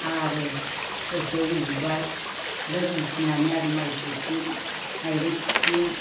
आरो दसे उन्दुबाय ग्रोब उथिनानै आरो माइ सौफिन माइरं खुफिन